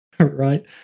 right